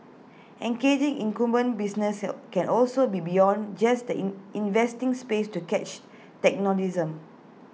engaging incumbent businesses can also be beyond just the in investing space to catch tech notice him